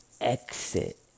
exit